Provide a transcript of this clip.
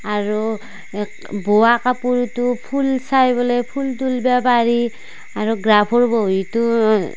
আৰু বোৱা কাপোৰতো ফুল চাই পেলাই ফুল তুলবা পাৰি আৰু গ্ৰাফৰ বহীতো